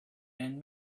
and